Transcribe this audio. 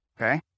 okay